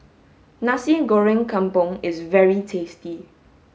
Nasi Goreng Kampung is very tasty